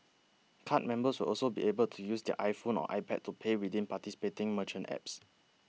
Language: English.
card members will also be able to use their iPhone or iPad to pay within participating merchant apps